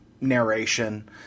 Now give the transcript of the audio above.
narration